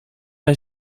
hij